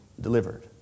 delivered